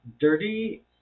dirty